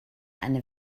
eine